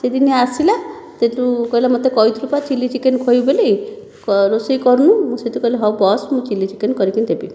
ସେ ଦିନେ ଆସିଲା ସେହିଠାରୁ ମୋତେ କହିଥିଲୁ ପା ଚିଲି ଚିକେନ ଖୁଆଇବୁ ବୋଲି ରୋଷେଇ କରୁନୁ ମୁଁ ସେଇଠୁ କହିଲି ହେଉ ବସ ମୁଁ ଚିଲି ଚିକେନ କରିକି ଦେବି